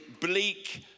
bleak